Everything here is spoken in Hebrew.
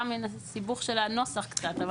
סתם מהסיבוך של הנוסח קצת.